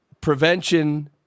prevention